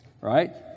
right